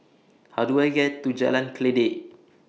How Do I get to Jalan Kledek